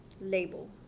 label